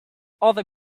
other